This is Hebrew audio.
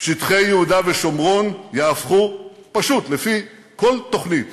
שטחי יהודה ושומרון יהפכו, פשוט לפי כל תוכנית